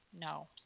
no